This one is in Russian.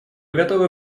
готовы